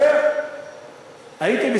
במספר הביטולים,